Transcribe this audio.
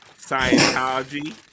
Scientology